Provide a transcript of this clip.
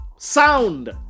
Sound